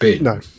No